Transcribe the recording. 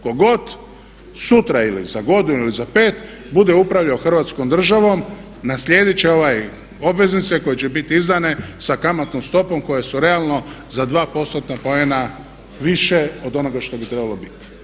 Ko god sutra ili za godinu ili za pet bude upravljao hrvatskom državom naslijedit će ove obveznice koje će biti izdane sa kamatnom stopom koje su realno za 2%tna poena više od onoga što bi trebalo biti.